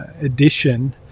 edition